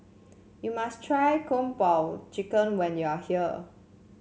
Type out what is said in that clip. you must try Kung Po Chicken when you are here